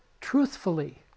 truthfully